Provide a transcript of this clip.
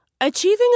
Achieving